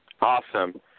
Awesome